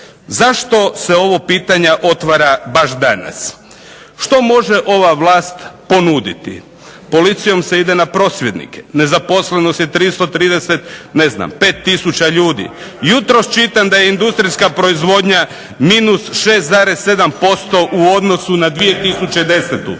Zašto se ovo pitanje otvara baš danas? Što može ova vlast ponuditi? Policijom se ide na prosvjednike, nezaposlenost je 330 ne znam 5 tisuća ljudi. Jutros čitam da je industrijska proizvodnja minus 6,7% u odnosu na 2010.